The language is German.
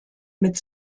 mit